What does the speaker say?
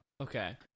Okay